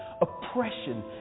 oppression